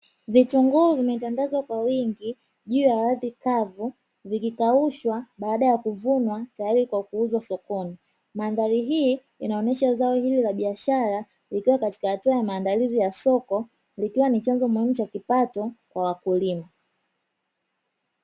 Vitunguu vimetandazwa kwa wingi juu ya ardhi kavu vikikaushwa baada ya kuvunwa tayari kwa kuuzwa sokoni. Mandhari hii inaonesha zao hili la biashara likiwa katika hatua ya maandalizi ya soko likiwa ni chanzo muhimu cha kipato kwa wakulima.